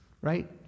right